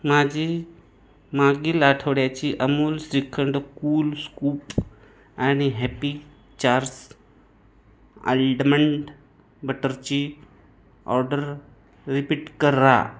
माझी मागील आठवड्याची अमूल श्रीखंड कूल स्कूप आणि हॅपी चार्स अल्डमंड बटरची ऑर्डर रिपीट करा